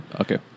okay